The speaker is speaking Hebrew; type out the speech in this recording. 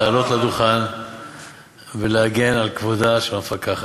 לעלות לדוכן ולהגן על כבודה של המפקחת.